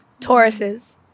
Tauruses